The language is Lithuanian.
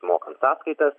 mokant sąskaitas